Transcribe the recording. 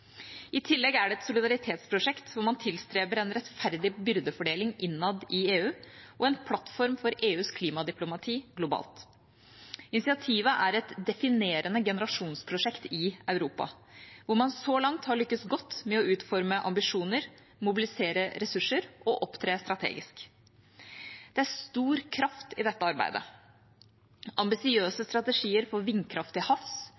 I tillegg er det et solidaritetsprosjekt, hvor man tilstreber en rettferdig byrdefordeling innad i EU, og en plattform for EUs klimadiplomati globalt. Initiativet er et definerende generasjonsprosjekt i Europa, hvor man så langt har lyktes godt med å utforme ambisjoner, mobilisere ressurser og opptre strategisk. Det er stor kraft i dette arbeidet. Ambisiøse strategier for vindkraft til havs,